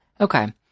Okay